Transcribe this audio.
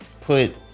put